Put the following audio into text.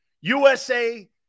USA